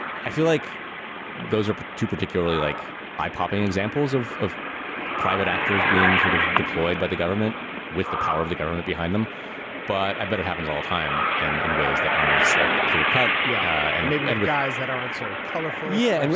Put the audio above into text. i feel like those are too particularly like eye popping examples of of private actors being sort of deployed by the government with the power of the government behind them but i bet it happens all time and in ways that aren't as like clear cut yeah and end with eyes that aren't so colorful. yeah. and